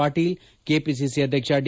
Patil KPCC ಅಧ್ಯಕ್ಷ D